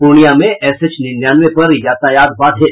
पूर्णिया में एसएच निन्यानवे पर यातायात बाधित